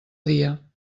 dia